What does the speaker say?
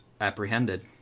apprehended